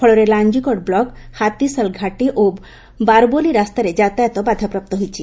ଫଳରେ ଲାଞିଗଡ଼ ବ୍ଲକ୍ ହାତୀସାଲ୍ ଘାଟି ଓ ବାରବୋଲି ରାସ୍ତାରେ ଯାତାୟତ ବାଧାପ୍ରାପ୍ତ ହୋଇଛି